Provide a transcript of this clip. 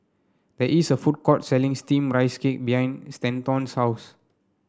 there is a food court selling steamed Rice Cake behind Stanton's house